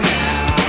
now